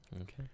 Okay